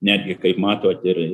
netgi kaip matot ir